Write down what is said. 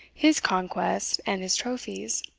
his conquests, and his trophies